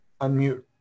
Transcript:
Unmute